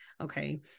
okay